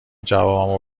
جوابمو